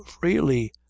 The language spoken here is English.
FREELY